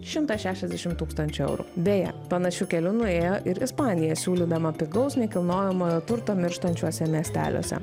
šimtą šešiasdešimt tūkstančių eurų beje panašiu keliu nuėjo ir ispanija siūlydama pigaus nekilnojamojo turto mirštančiuose miesteliuose